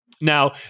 Now